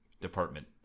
department